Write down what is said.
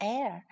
Air